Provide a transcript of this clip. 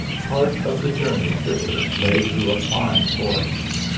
part of the journey thither lay through a fine forest.